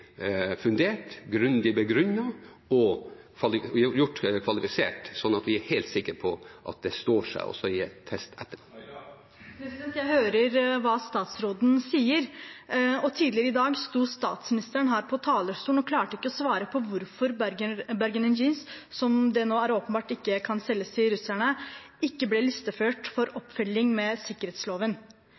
fundert, grundig begrunnet og gjort kvalifisert, sånn at vi er helt sikre på at det står seg også i en test etterpå. Jeg hører hva statsråden sier. Tidligere i dag sto statsministeren her på talerstolen og klarte ikke å svare på hvorfor Bergen Engines, som det nå er åpenbart ikke kan selges til russerne, ikke ble listeført for oppfølging med sikkerhetsloven.